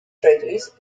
treaties